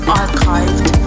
archived